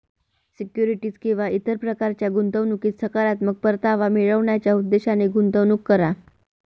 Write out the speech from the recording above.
securities किंवा इतर प्रकारच्या गुंतवणुकीत सकारात्मक परतावा मिळवण्याच्या उद्देशाने गुंतवणूक करा